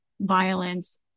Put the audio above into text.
violence